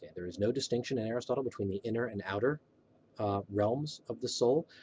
yeah there is no distinction in aristotle between the inner and outer realms of the soul,